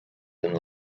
den